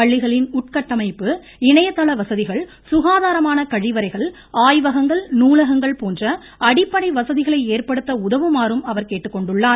பள்ளிகளின் உட்கட்டமைப்பு இணையதள வசதிகள் சுகாதாரமான கழிவறைகள் ஆய்வகங்கள் நூலகங்கள் போன்ற அடிப்படை வசதிகளை ஏற்படுத்த உதவுமாறும் அவர் கேட்டுக்கொண்டுள்ளார்